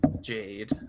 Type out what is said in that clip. Jade